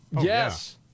Yes